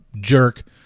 jerk